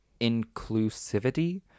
inclusivity